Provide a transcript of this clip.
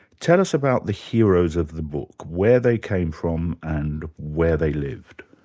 tell us about the heroes of the book, where they came from, and where they lived.